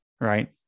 right